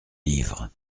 livres